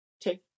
take